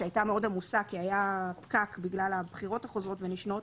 שהייתה מאוד עמוסה כי היה פקק בגלל הבחירות החוזרות ונשנות,